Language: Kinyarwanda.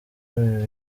ibi